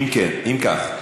אם כך,